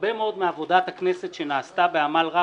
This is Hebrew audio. הרבה מאוד מעבודת הכנסת שנעשתה בעמל רב